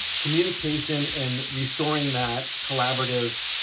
communication and restoring that collaborative